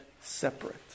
separate